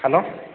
hello